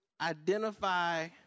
identify